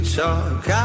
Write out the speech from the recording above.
talk